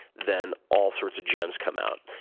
then all sorts of gems come out.